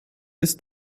ist